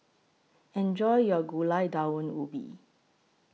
Enjoy your Gulai Daun Ubi